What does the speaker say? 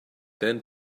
then